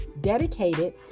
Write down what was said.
dedicated